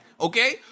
okay